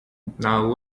now